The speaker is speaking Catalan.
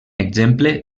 exemple